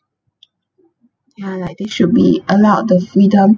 ya like they should be allowed the freedom